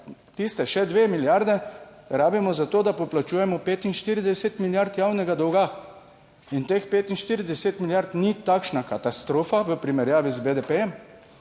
Tiste še dve milijardi rabimo za to, da poplačujemo 45 milijard javnega dolga. In teh 45 milijard ni takšna katastrofa v primerjavi z BDP.